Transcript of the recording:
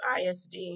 ISD